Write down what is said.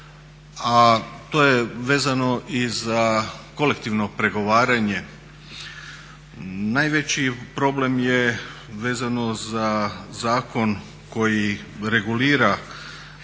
a to je vezano i za kolektivno pregovaranje. Najveći problem je vezano za zakon koji regulira